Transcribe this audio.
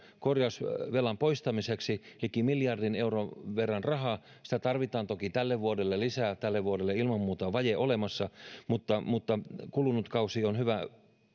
korjausvelan poistamiseksi liki miljardin euron verran rahaa sitä tarvitaan toki tälle vuodelle lisää tälle vuodelle ilman muuta on vaje olemassa mutta mutta kulunut kausi on hyvä